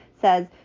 says